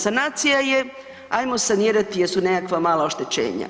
Sanacija je ajmo sanirati jer su nekakva mala oštećenja.